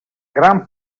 gran